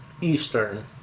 Eastern